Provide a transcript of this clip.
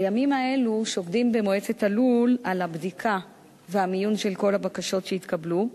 בימים האלו שוקדים במועצת הלול על הבדיקה והמיון של כל הבקשות שהתקבלו,